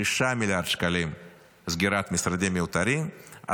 6 מיליארד שקלים סגירת משרדים מיותרים,